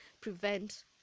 prevent